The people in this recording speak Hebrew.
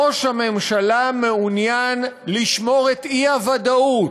ראש הממשלה מעוניין לשמור את האי-ודאות,